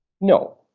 No